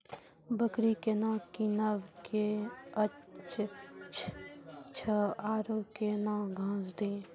बकरी केना कीनब केअचछ छ औरू के न घास दी?